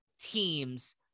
teams